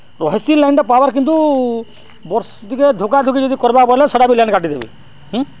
ରହେସିି ଲାଇନ୍ଟା ପାୱାର୍ କିନ୍ତୁ ବର୍ଷା ଟିକେ ଧୁକା ଧୁକି ଯଦି କର୍ବା ବଏଲେ ସେଟା ବି ଲାଇନ୍ କାଟିଦେବେ